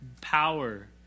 power